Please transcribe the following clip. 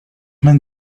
men